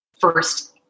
first